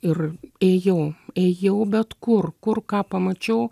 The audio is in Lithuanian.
ir ėjau ėjau bet kur kur ką pamačiau